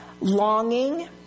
longing